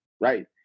right